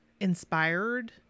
inspired